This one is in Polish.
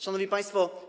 Szanowni Państwo!